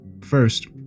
First